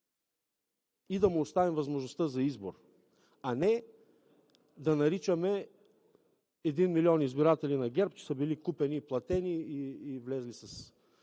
и да му оставим възможността за избор, а не да наричаме един милион избиратели на ГЕРБ, че са били купени, платени и са